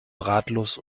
ratlos